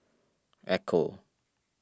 Ecco